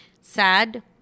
Sad